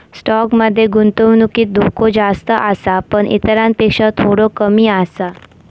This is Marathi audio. स्टॉक मध्ये गुंतवणुकीत धोको जास्त आसा पण इतरांपेक्षा थोडो कमी आसा